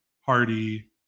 Hardy